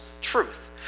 truth